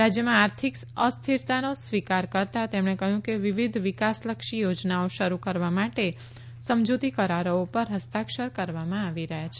રાજયમાં આર્થિક અસ્થિરતાનો સ્વીકાર કરતા તેમણે કહયું કે વિવિધ વિકાસલક્ષી યોજનાઓ શરૂ કરવા માટે સમજીતી કરારો પર હસ્તાક્ષર કરવામાં આવી રહ્યાં છે